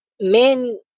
men